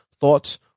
thoughts